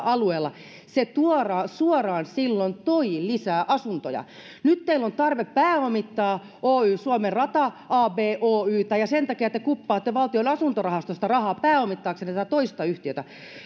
alueella se suoraan silloin toi lisää asuntoja nyt teillä on tarve pääomittaa oy suomen rata abtä ja sen takia te kuppaatte valtion asuntorahastosta rahaa pääomittaaksenne tätä toista yhtiötä